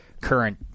current